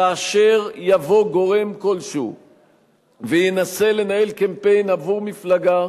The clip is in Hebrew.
כאשר יבוא גורם כלשהו וינסה לנהל קמפיין עבור מפלגה,